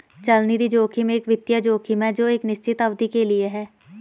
चलनिधि जोखिम एक वित्तीय जोखिम है जो एक निश्चित अवधि के लिए है